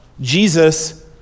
Jesus